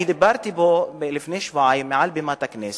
דיברתי פה לפני שבועיים, מעל בימת הכנסת.